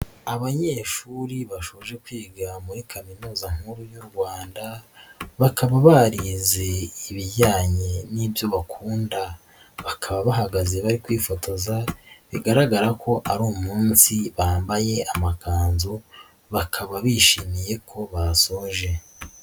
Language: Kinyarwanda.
Abanyeshuri bashoje kwiga muri Kaminuza nkuru y'u Rwanda bakaba barize ibijyanye n'ibyo bakunda, bakaba bahagaze bari kwifotoza bigaragara ko ari umunsi bambaye amakanzu, bakaba bishimiye ko basoje.